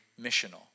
missional